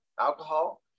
alcohol